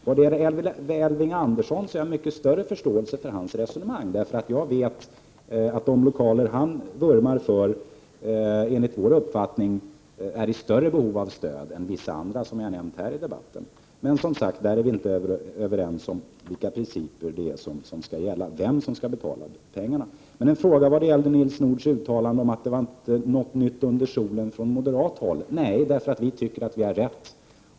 Jag har mycket större förståelse för Elving Anderssons resonemang, därför att jag vet att de lokaler han vurmar för är i större behov av stöd än vissa andra som har nämnts här i debatten. Vi är däremot inte överens om vilka principer som skall gälla och vem som skall betala. Vad gäller Nils Nordhs uttalande om intet nytt under solen från moderat håll, vill jag säga att vi tycker att vi har rätt.